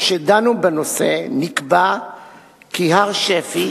שדנו בנושא נקבע כי הר-שפי,